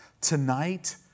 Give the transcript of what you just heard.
Tonight